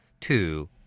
Two